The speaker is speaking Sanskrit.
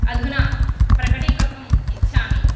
अधुना प्रकटीकर्तुम् इच्छामि